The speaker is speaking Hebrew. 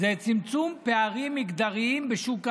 זה צמצום פערים מגדריים בשוק העבודה.